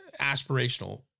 aspirational